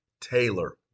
Taylor